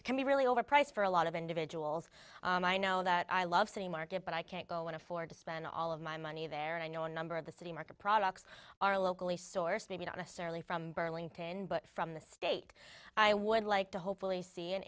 it can be really overpriced for a lot of individuals i know that i love city market but i can't go on afford to spend all of my money there and i know a number of the city market products are locally sourced maybe not necessarily from burlington but from the state i would like to hopefully see an